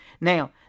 Now